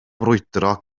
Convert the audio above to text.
brwydro